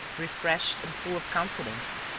refreshed and full of confidence,